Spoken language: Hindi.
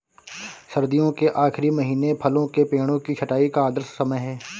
सर्दियों के आखिरी महीने फलों के पेड़ों की छंटाई का आदर्श समय है